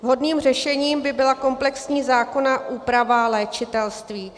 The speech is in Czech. Vhodným řešením by byla komplexní zákonná úprava léčitelství.